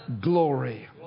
glory